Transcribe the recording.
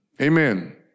Amen